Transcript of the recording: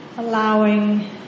allowing